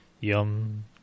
Yum